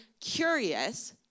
curious